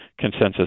consensus